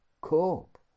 cope